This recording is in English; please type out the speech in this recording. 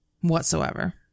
whatsoever